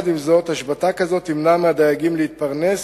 עם זאת, השבתה כזו תמנע מהדייגים להתפרנס,